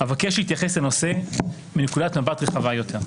אבקש להתייחס לנושא מנקודת מבט רחבה יותר,